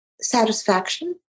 satisfaction